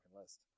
list